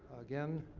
again,